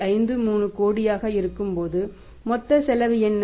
53 கோடியாக இருக்கும்போது மொத்த செலவு என்ன